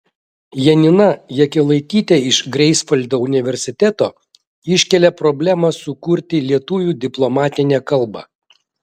janina jakelaitytė iš greifsvaldo universiteto iškelia problemą sukurti lietuvių diplomatinę kalbą